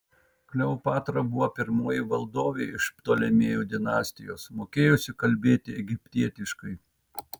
kleopatra buvo pirmoji valdovė iš ptolemėjų dinastijos mokėjusi kalbėti egiptietiškai